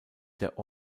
der